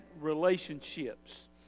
relationships